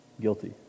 guilty